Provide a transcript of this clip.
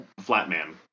Flatman